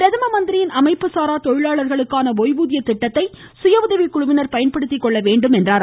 பிரதம மந்திரியின் அமைப்பு சாரா தொழிலாளர்களுக்கான ஓய்வூதிய திட்டத்தை சுய உதவிக்குழுவினர் பயன்படுத்திக் கொள்ள வேண்டும் என்று குறிப்பிட்டார்